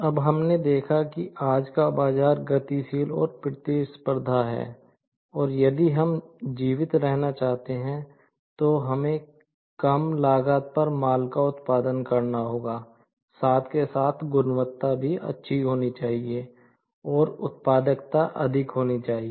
अब हमने देखा है कि आज का बाजार गतिशील और प्रतिस्पर्धी है और यदि हम जीवित रहना चाहते हैं तो हमें कम लागत पर माल का उत्पादन करना होगा साथ के साथ गुणवत्ता भी अच्छी होनी चाहिए और उत्पादकता अधिक होनी चाहिए